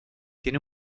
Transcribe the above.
tiene